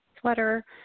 Sweater